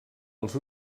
els